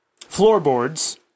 Floorboards